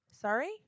sorry